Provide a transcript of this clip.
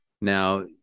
Now